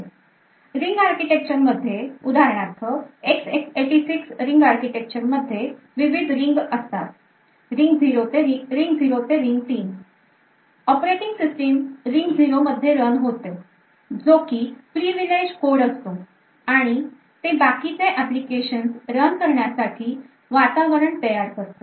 Ring architecture मध्ये उदाहरणार्थ X86 ring architecture मध्ये विविध रिंग्स असतात रिंग 0 ते 3 operating system ring 0 मध्ये रन होते जो की previleged code असतो आणि ते बाकीचे एप्लीकेशनस रन करण्यासाठी वातावरण तयार करते